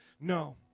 no